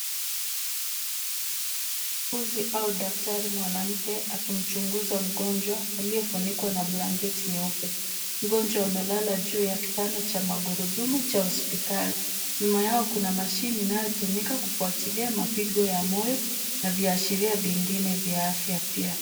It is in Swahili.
Muuguzi au daktari mwanamke akimchunguza mgonjwa aliyefunikwa na blanketi nyeupe. Mgonjwa amelala juu ya kitanda cha magurudumu cha hospitali, nyuma yao kuna mashine inayotumika kufuatilia mapigo ya moyo na viashiria vingine vya afya pia.